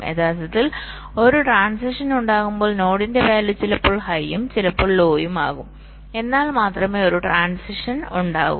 യഥാർത്ഥത്തിൽ ഒരു ട്രാൻസിഷൻ ഉണ്ടാകുമ്പോൾ നോഡിന്റെ വാല്യൂ ചിലപ്പോൾ ഹൈയും ചിലപ്പോൾ ലോയും ആകും എന്നാൽ മാത്രമേ ഒരു ട്രാൻസിഷൻ ഉണ്ടാകൂ